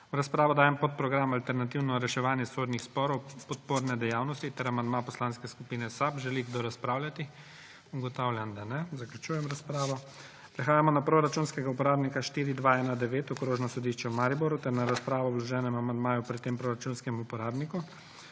V razpravo dajem podprogram Alternativno reševanje sodnih sporov – podporne dejavnosti ter amandma Poslanske skupine SAB. Želi kdo razpravljati? Ugotavljam, da ne. Zaključujem razpravo. Prehajamo na proračunskega uporabnika 4219 Okrožno sodišče v Mariboru ter na razpravo o vloženem amandmaju pri tem proračunskem uporabniku.